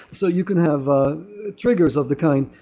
so you can have ah triggers of the kind,